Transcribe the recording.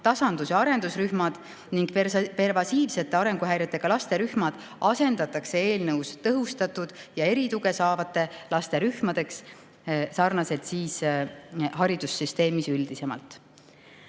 tasandus‑ ja arendusrühmad ning pervasiivsete arenguhäiretega laste rühmad asendatakse eelnõus tõhustatud tuge ja erituge saavate laste rühmadega nagu haridussüsteemis üldisemalt.